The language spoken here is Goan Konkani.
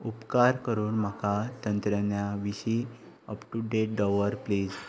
उपकार करून म्हाका तंत्रज्ञा विशीं अप टू डेट दवर प्लीज